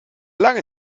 lange